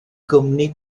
gwmni